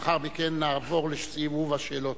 לאחר מכן נעבור לסיבוב השאלות.